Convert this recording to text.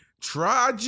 Try